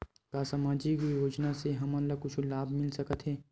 का सामाजिक योजना से हमन ला कुछु लाभ मिल सकत हे?